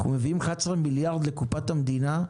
אנחנו מביאים 11 מיליארד לקופת המדינה,